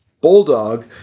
Bulldog